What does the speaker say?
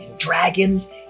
dragons